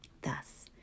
Thus